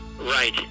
Right